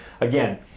again